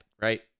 right